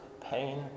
pain